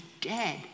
dead